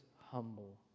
humble